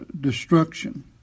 destruction